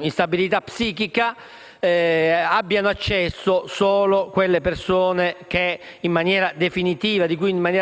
instabilità psichica, abbiano accesso solo quelle persone di cui in maniera